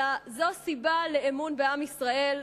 אלא זו סיבה לאמון בעם ישראל,